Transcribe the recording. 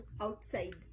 outside